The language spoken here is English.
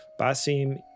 Basim